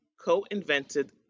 co-invented